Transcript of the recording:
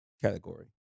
category